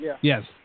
Yes